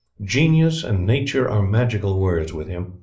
genius and nature are magical words with him,